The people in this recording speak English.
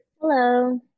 Hello